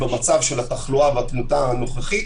במצב של התחלואה והתמותה הנוכחית,